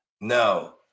No